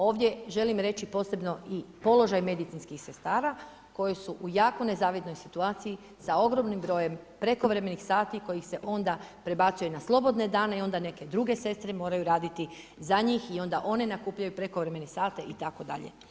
Ovdje želim reći posebno i položaj medicinskih sestara koji su u jako nezavidnoj situaciji sa ogromnim brojem prekovremenih sati koji se onda prebacuje na slobodne dane i onda neke druge sestre moraju raditi za njih i onda one nakupljaju prekovremeno sate itd.